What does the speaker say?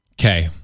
Okay